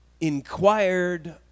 inquired